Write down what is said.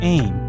Aim